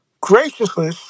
graciously